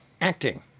Acting